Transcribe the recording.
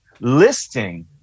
listing